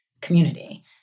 community